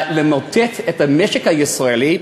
למוטט את המשק הישראלי,